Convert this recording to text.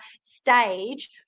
stage